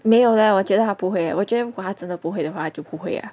没有 leh 我觉得他不会我觉得他如果真的不会的话就不会 ah